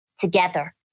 together